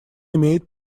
имеет